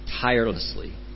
tirelessly